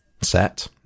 set